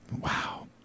Wow